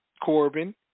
Corbin